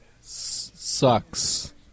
Sucks